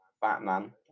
batman